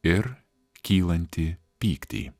ir kylantį pyktį